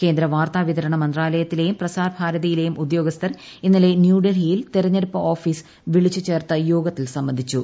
കേന്ദ്ര വാർത്താ വിതരണ മന്ത്രാലയത്തിലേയും പ്രസാർഭാരതിയിലേയും ഉദ്യോഗസ്ഥർ ഇന്നലെ ന്യൂഡൽഹിയിൽ തിരഞ്ഞെടുപ്പ് ഓഫീസ് വിളിച്ചുചേർത്ത യോഗത്തിൽ സംബന്ധിച്ചു